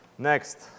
Next